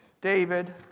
David